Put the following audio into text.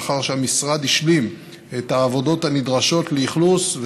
לאחר שהמשרד השלים את העבודות הנדרשות לאכלוס,